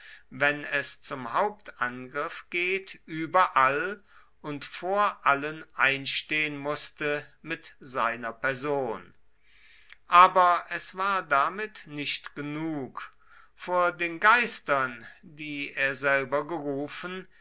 wenn es zum hauptangriff geht überall und vor allen einstehen müßte mit seiner person aber es war damit nicht genug vor den geistern die er selber gerufen